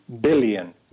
billion